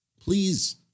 Please